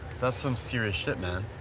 that's some serious shit, man.